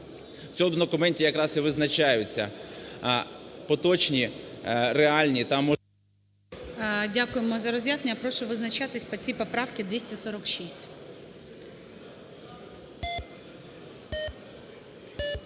в цьому документі якраз і визначаються поточні реальні та… ГОЛОВУЮЧИЙ. Дякуємо за роз'яснення. Прошу визначатись по цій поправці 246.